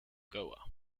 goa